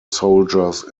soldiers